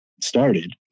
started